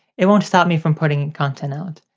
it won't stop me from putting content out.